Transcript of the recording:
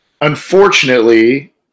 Unfortunately